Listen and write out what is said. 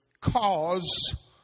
cause